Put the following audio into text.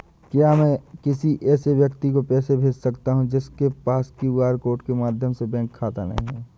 क्या मैं किसी ऐसे व्यक्ति को पैसे भेज सकता हूँ जिसके पास क्यू.आर कोड के माध्यम से बैंक खाता नहीं है?